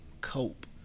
cope